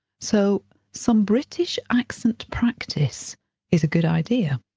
so some british accent practice is a good idea.